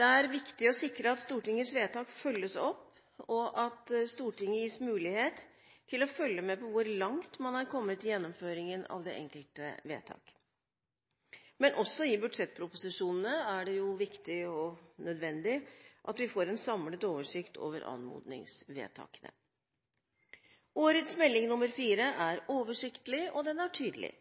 Det er viktig å sikre at Stortingets vedtak følges opp, og at Stortinget gis mulighet til å følge med på hvor langt man er kommet i gjennomføringen av det enkelte vedtak. Men også for budsjettproposisjonene er det viktig og nødvendig at vi får en samlet oversikt over anmodningsvedtakene. Årets melding er oversiktlig, og den er tydelig.